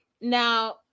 now